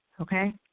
okay